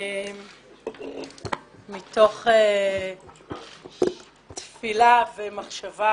מתוך תפילה ומחשבה